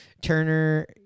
Turner